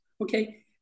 okay